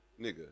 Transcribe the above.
Nigga